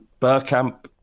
Burkamp